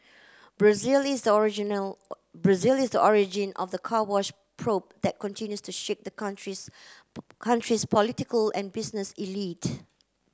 Brazil is the original Brazil is the origin of the Car Wash probe that continues to shake that country's country's political and business elite